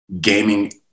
gaming